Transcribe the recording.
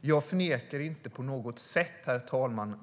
Jag förnekar inte på något sätt